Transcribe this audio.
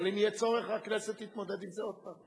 אבל אם יהיה צורך הכנסת תתמודד עם זה עוד הפעם.